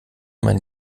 mein